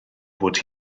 bod